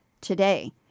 today